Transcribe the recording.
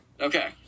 Okay